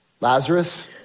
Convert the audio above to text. Lazarus